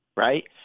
Right